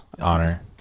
honor